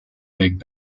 big